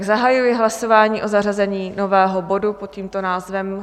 Zahajuji hlasování o zařazení nového bodu pod tímto názvem.